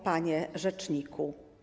Panie Rzeczniku!